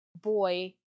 boy